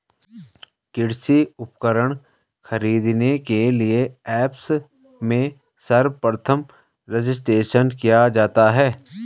कृषि उपकरण खरीदने के लिए ऐप्स में सर्वप्रथम रजिस्ट्रेशन किया जाता है